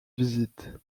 visite